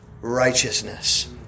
righteousness